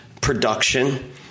production